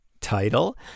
Title